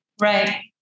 Right